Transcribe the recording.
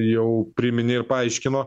jau primini ir paaiškino